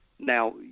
Now